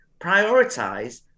prioritize